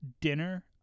dinner